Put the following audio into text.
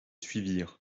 suivirent